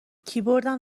کیبوردم